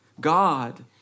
God